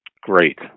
great